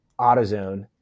AutoZone